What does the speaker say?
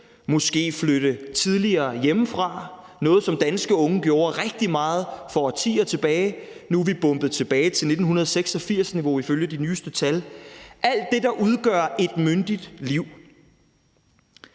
måske flytte tidligere hjemmefra – noget, som danske unge gjorde rigtig meget for årtier tilbage, men nu er vi bombet tilbage til 1986-niveau ifølge de nyeste tal – alt det, der udgør et myndigt liv.